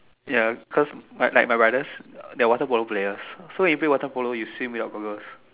ya cause like my brothers they are water polo players so when they play water polo they swim without goggles